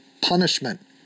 punishment